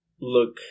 look